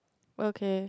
okay